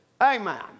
Amen